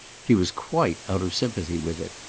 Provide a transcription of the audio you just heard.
he was quite out of sympathy with it.